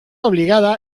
obligada